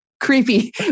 Creepy